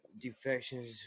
defections